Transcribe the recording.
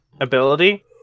ability